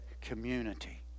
community